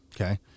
okay